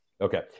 Okay